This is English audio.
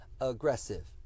aggressive